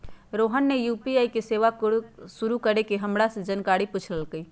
रोहन ने यू.पी.आई सेवा शुरू करे के जानकारी हमरा से पूछल कई